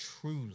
truly